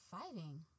fighting